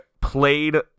played